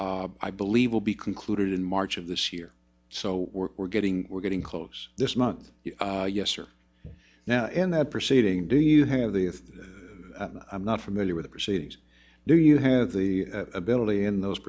i believe will be concluded in march of this year so we're getting we're getting close this month yes or now in that proceeding do you have the if i'm not familiar with the proceedings do you have the ability in those